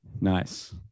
nice